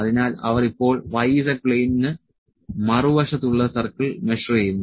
അതിനാൽ അവർ ഇപ്പോൾ y z പ്ലെയിനിന് മറുവശത്തുള്ള സർക്കിൾ മെഷർ ചെയ്യുന്നു